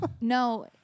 No